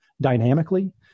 dynamically